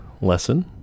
lesson